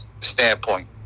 standpoint